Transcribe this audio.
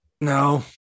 No